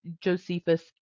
Josephus